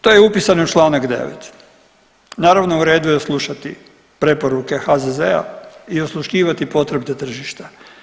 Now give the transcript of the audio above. To je upisano i u članak 9. Naravno u redu je slušati preporuke HZZ-a i osluškivati potrebe tržišta.